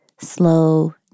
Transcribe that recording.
slow